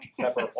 Pepper